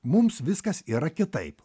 mums viskas yra kitaip